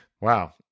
Wow